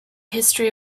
history